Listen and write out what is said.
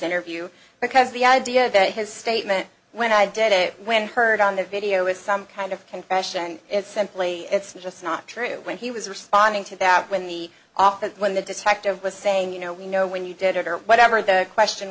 interview because the idea that his statement when i did it when heard on the video is some kind of confession it's simply it's just not true when he was responding to that when the officer when the detective was saying you know we know when you did or whatever the question